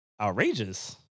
outrageous